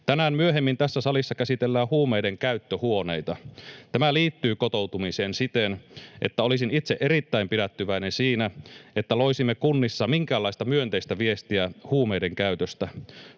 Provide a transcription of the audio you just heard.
Tänään myöhemmin tässä salissa käsitellään huumeiden käyttöhuoneita. Tämä liittyy kotoutumiseen siten, että olisin itse erittäin pidättyväinen siinä, että loisimme kunnissa minkäänlaista myönteistä viestiä huumeidenkäytöstä.